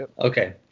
Okay